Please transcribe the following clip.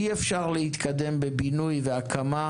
אי-אפשר להתקדם בבינוי והקמה,